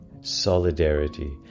solidarity